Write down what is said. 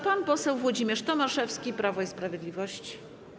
Pan poseł Włodzimierz Tomaszewski, Prawo i Sprawiedliwość.